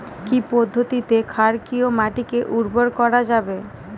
কি পদ্ধতিতে ক্ষারকীয় মাটিকে উর্বর করা যাবে?